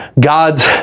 God's